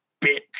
bitch